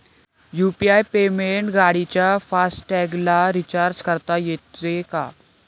UPI पेमेंटने गाडीच्या fast टॅगला रिर्चाज करता येते का?